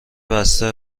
بسته